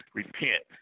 repent